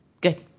Good